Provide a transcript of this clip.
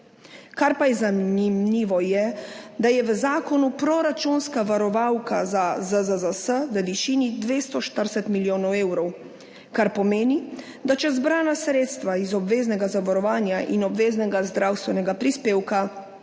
Kar pa je zanimivo, je, da je v zakonu proračunska varovalka za ZZZS v višini 240 milijonov evrov, kar pomeni, da če zbrana sredstva iz obveznega zavarovanja in obveznega zdravstvenega prispevka